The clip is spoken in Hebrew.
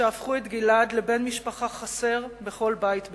שהפכו את גלעד לבן משפחה חסר בכל בית בישראל.